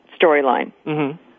storyline